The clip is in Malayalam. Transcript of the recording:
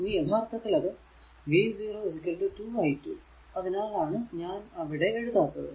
ഇനി യഥാർത്ഥത്തിൽ അത് v0 2 i2 അതിനാൽ ആണ് ഞാൻ അവിടെ എഴുതാത്തത്